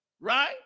Right